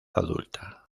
adulta